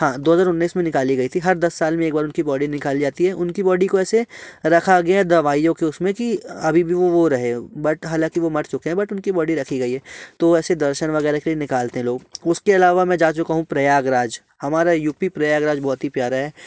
हाँ दो हज़ार उन्नीस में निकाली गई थी हर दस साल में एक बार उनकी बॉडी निकाली जाती है उनकी बॉडी को ऐसे रखा गया दवाइयां को उसमें की अभी भी वो रहे बट हालांकि वो मर चुके हैं बट उनकी बॉडी रखी गई है तो ऐसे दर्शन वगैरह के लिए निकालते हैं लोग उसके अलावा मैं जा चुका हूँ प्रयागराज हमारा यू पी प्रयागराज बहुत ही प्यारा है